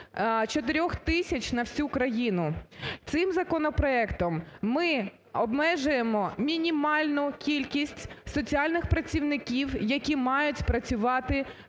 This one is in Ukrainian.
4 тисяч на всю країну. Цим законопроектом ми обмежуємо мінімальну кількість соціальних працівників, які мають працювати